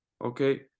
okay